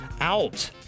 out